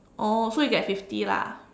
oh so you get fifty lah